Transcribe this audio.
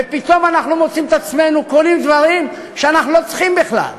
ופתאום אנחנו מוצאים את עצמנו קונים דברים שאנחנו לא צריכים בכלל.